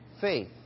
faith